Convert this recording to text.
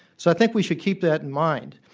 so, i think we should keep that in mind.